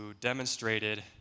demonstrated